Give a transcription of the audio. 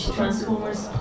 Transformers